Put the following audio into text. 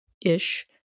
ish